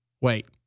Wait